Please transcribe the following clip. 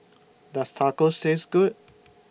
Does Tacos Taste Good